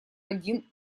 один